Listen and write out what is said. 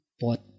pot